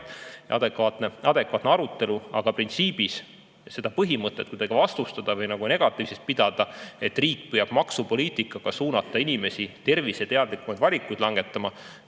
ja adekvaatne arutelu. Aga printsiibis seda põhimõtet kuidagi vastustada või pidada negatiivseks seda, et riik püüab maksupoliitikaga suunata inimesi terviseteadlikumaid valikuid langetama